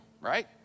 right